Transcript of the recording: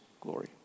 glory